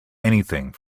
anything